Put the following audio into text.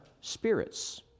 spirits